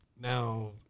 Now